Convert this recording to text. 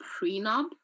prenup